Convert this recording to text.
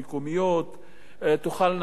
תוכלנה לתמוך